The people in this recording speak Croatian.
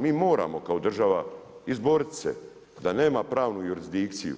Mi moramo kao država izboriti se da nema pravnu jurisdikciju